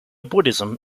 buddhism